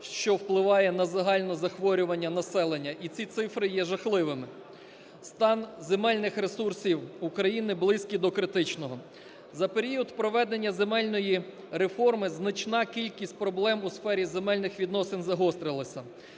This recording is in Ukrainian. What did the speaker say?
що впливає на загальні захворювання населення, і ці цифри є жахливими. Стан земельних ресурсів України близький до критичного. За період проведення земельної реформи значна кількість проблем у сфері земельних відносин загострилася.